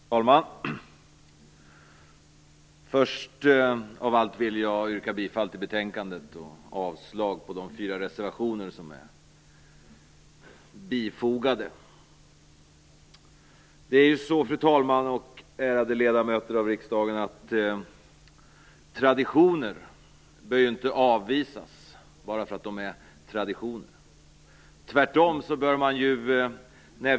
Fru talman! Först av allt vill jag yrka bifall till hemställan i betänkandet och avslag på de fyra reservationer som är bifogade. Fru talman och ärade ledamöter av riksdagen! Traditioner bör inte avvisas bara för att de är traditioner.